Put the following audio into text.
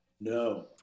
No